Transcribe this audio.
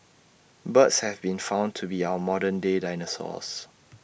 birds have been found to be our modern day dinosaurs